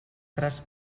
tres